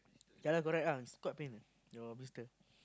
yea lah correct lah it's quite pain eh your blister